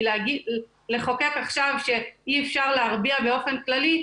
כי לחוקק עכשיו שאי אפשר להרביע באופן כללי,